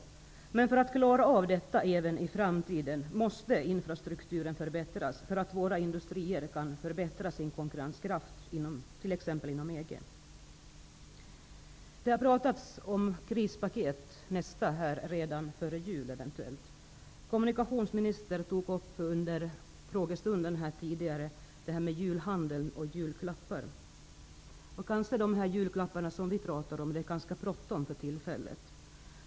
För att vi skall klara av detta även i framtiden måste infrasrukturen förbättras att våra industrier skall kunna förbättra sin konkurrenskraft gentemot bl.a. EG. Det har talats om krispaket, och nästa kommer eventuellt redan före jul. Kommunikationsministern tog upp under frågestunden det här med julhandeln och julklappar. De julklappar vi nu talar om är det bråttom med.